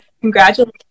congratulations